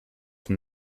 from